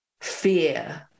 fear